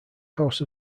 house